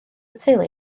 teulu